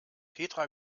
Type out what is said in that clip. petra